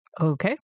Okay